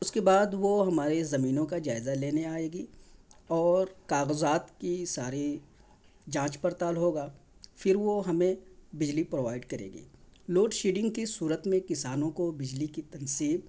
اس کے بعد وہ ہمارے زمینوں کا جائزہ لینے آئے گی اور کاغذات کی ساری جانچ پڑتال ہوگا پھر وہ ہمیں بجلی پرووائیڈ کرے گی لوڈ شیڈنگ کی صورت میں کسانوں کو بجلی کی تنصیب